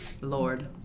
Lord